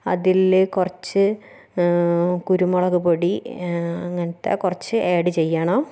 അതിൽ കുറച്ച് കുരുമുളകുപൊടി അങ്ങനത്തെ കുറച്ച് ഏഡ് ചെയ്യണം